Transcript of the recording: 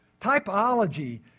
Typology